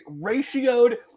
ratioed